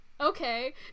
okay